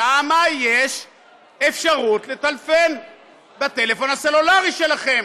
שם יש אפשרות לטלפן בטלפון הסלולרי שלכם.